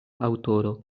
aŭtoro